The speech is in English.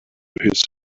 his